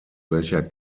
welcher